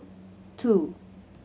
two